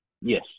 Yes